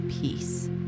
peace